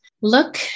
look